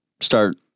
start